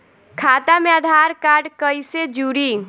खाता मे आधार कार्ड कईसे जुड़ि?